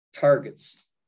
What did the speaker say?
targets